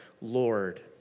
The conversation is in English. Lord